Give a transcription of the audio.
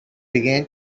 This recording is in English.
began